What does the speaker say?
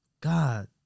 God